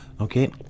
Okay